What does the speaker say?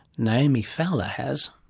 naomi fowler has.